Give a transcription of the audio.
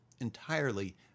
entirely